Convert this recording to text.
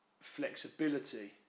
Flexibility